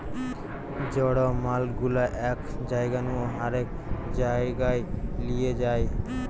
জড় মাল গুলা এক জায়গা নু আরেক জায়গায় লিয়ে যায়